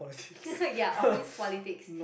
yeah office politics